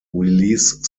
release